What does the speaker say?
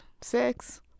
Six